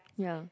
ya